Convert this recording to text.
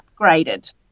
upgraded